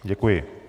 Děkuji.